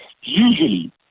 Usually